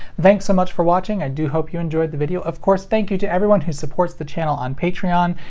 thanks so much for watching, i do hope you enjoyed the video. of course thank you to everyone who supports the channel on patreon.